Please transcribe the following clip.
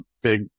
big